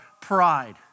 pride